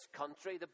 country